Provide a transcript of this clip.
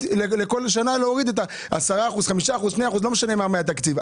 כך שכל שנה יורידו 10%,5% או 2% מהתקציב,